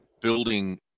building